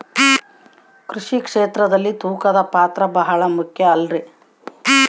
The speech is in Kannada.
ಕೃಷಿ ಕ್ಷೇತ್ರದಲ್ಲಿ ತೂಕದ ಪಾತ್ರ ಬಹಳ ಮುಖ್ಯ ಅಲ್ರಿ?